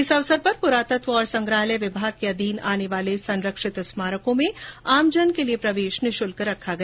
इस अवसर पर पुरातत्व और संग्रहालय विभाग के अधीन आने वाले संरक्षित स्मारकों में आमजन के लिए प्रवेश निःशुल्क रखा गया